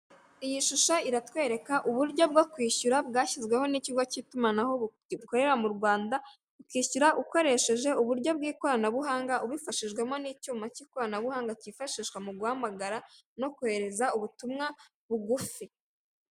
Iyi shusho iratwereka uburyo bwo kwishyura bwashyizweho n'ikigo cy'itumanaho gikorera mu Rwanda, ukishyura ukoresheje uburyo bw'ikoranabuhanga, ubifashijwemo n'icyuma cy'ikoranabuhanga cyifashishwa mu guhamagara no kohereza ubutumwa bugufi.